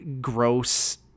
gross